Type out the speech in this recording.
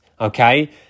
okay